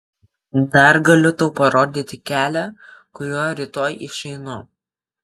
dar galiu tau parodyti kelią kuriuo rytoj išeinu